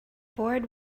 board